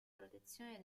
protezione